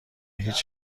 هیچ